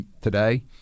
today